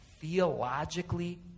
theologically